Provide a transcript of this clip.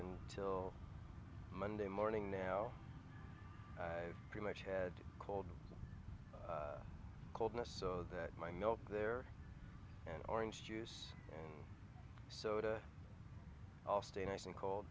and till monday morning now i've pretty much had called coldness so that my nope there and orange juice soda all stay nice and cold